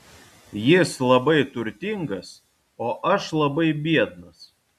jis labai turtingas o aš labai biednas